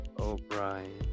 O'Brien